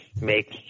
make